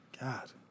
God